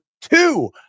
two